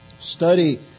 study